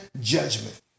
judgment